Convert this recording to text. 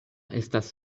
estas